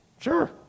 Sure